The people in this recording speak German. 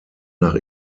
nach